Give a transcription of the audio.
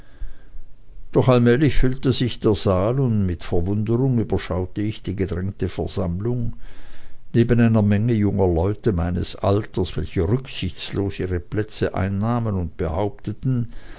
doch allmählich füllte sich der saal und mit verwunderung überschaute ich die gedrängte versammlung neben einer menge junger leute meines alters welche rücksichtslos ihre plätze einnahmen und behaupteten